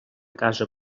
casa